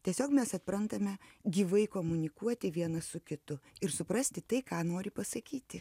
tiesiog mes atprantame gyvai komunikuoti vienas su kitu ir suprasti tai ką nori pasakyti